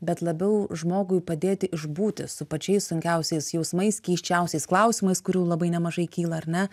bet labiau žmogui padėti išbūti su pačiais sunkiausiais jausmais keisčiausiais klausimais kurių labai nemažai kyla ar ne